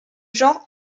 genre